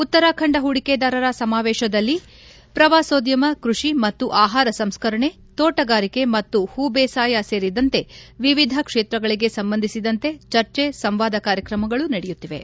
ಉತ್ತರಾಖಂಡ ಹೂಡಿಕೆದಾರರ ಸಮಾವೇತದಲ್ಲಿ ಪ್ರವಾಸೋದ್ಯಮ ಕೃಷಿ ಮತ್ತು ಆಹಾರ ಸಂಸ್ಕರಣೆ ತೋಟಗಾರಿಕೆ ಮತ್ತು ಹೂಬೇಸಾಯ ಸೇರಿದಂತೆ ವಿವಿಧ ಕ್ಷೇತ್ರಗಳಿಗೆ ಸಂಬಂಧಿಸಿದಂತೆ ಚರ್ಚೆ ಸಂವಾದ ಕಾರ್ಯಕ್ರಮಗಳು ನಡೆಯುತ್ತಿವೆ